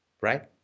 Right